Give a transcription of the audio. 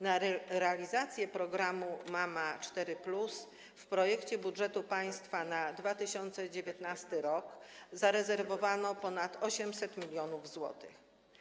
Na realizację programu „Mama 4+” w projekcie budżetu państwa na 2019 r. zarezerwowano ponad 800 mln zł.